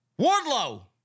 Wardlow